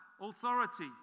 authority